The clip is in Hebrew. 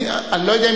בטעות.